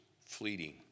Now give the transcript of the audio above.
fleeting